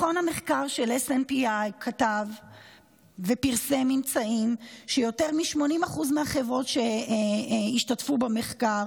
מכון המחקר של SNPI כתב ופרסם ממצאים שיותר מ-80% מהחברות שהשתתפו במחקר